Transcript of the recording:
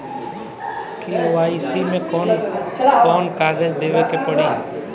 KYC मे कौन कौन कागज देवे के पड़ी?